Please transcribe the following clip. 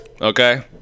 Okay